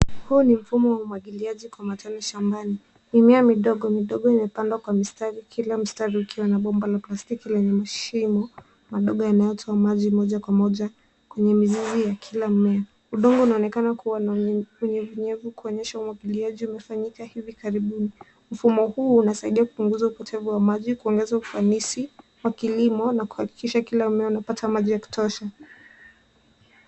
Huu ni mfumo wa umwagiliaji kwa matone shambani. Mimea midogo midogo imepandwa kwa mistari ,kila mstari ukiwa na bomba la plastiki lenye mashimo madogo yanayotoa maji moja kwa moja kwenye mizizi ya kila mmea. Udongo unaonekana kuwa na unyevunyevu kuonyesha umwagiliaji umefanyika hivi karibuni. Mfumo huu unasaidia kupunguza upotevu wa maji, kuongeza ufanisi wa kilimo na kuhakikisha kila mmea unapata maji ya kutosha.